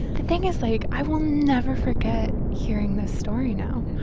the thing is, like, i will never forget hearing this story now.